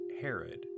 Herod